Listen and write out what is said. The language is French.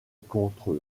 contre